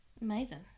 amazing